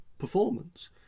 Performance